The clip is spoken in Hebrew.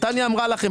טניה אמרה לכם,